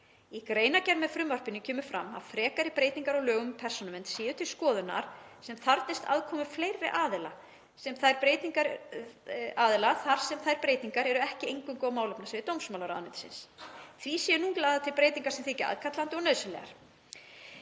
Í greinargerð með frumvarpinu kemur fram að frekari breytingar á lögum um persónuvernd séu til skoðunar sem þarfnist aðkomu fleiri aðila þar sem þær breytingar eru ekki eingöngu á málefnasviði dómsmálaráðuneytisins. Því séu nú lagðar til breytingar sem þykja aðkallandi og nauðsynlegar.